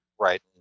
Right